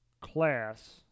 Class